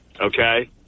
Okay